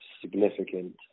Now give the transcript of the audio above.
significant